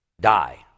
die